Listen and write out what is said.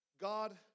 God